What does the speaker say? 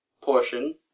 portion